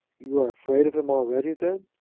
you are afraid of him already, then?